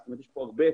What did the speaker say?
יש פה הרבה אפשרויות,